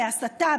בהסתה,